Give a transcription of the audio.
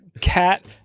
cat